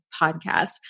podcast